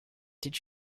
did